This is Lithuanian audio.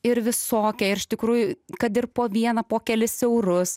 ir visokie ir iš tikrųjų kad ir po vieną po kelis eurus